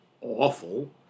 awful